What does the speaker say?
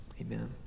Amen